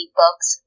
books